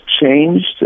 changed